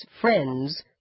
friends